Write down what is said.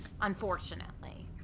unfortunately